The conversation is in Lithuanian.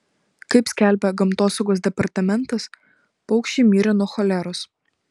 kaip skelbia gamtosaugos departamentas paukščiai mirė nuo choleros